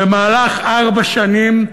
במהלך ארבע שנים,